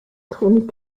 tony